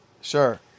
Sure